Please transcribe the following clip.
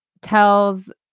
tells